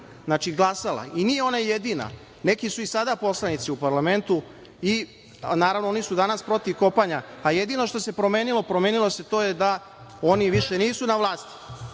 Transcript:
Znači, glasala i nije ona jedina neki su i sada poslanici u parlamentu i naravno oni su danas protiv kopanja. Jedino što se promenilo, promenilo se to da oni nisu više na vlasti. Ne